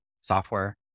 software